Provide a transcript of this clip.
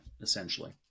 essentially